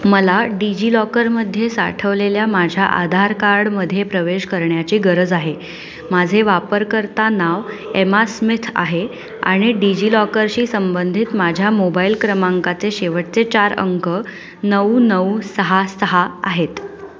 मला डिजिलॉकरमध्ये साठवलेल्या माझ्या आधार कार्डमध्ये प्रवेश करण्याची गरज आहे माझे वापरकर्ता नाव एमा स्मिथ आहे आणि डिजिलॉकरशी संबंधित माझ्या मोबाईल क्रमांकाचे शेवटचे चार अंक नऊ नऊ सहा सहा आहेत